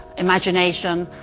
imagination.